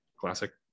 classic